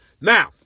Now